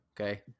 okay